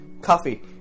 coffee